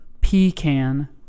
Pecan